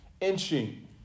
inching